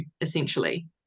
essentially